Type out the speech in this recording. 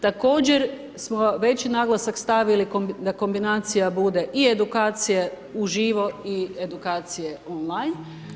Također smo veći naglasak stavili da kombinacija bude i edukacije uživo i edukacije on line.